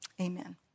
Amen